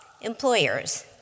employers